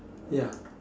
ya